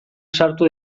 sartu